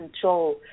control